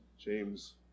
James